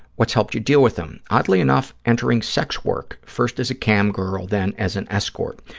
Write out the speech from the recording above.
what's helped you deal with them? oddly enough, entering sex work, first as a cam girl, then as an escort,